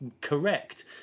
correct